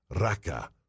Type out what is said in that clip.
Raka